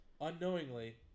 Unknowingly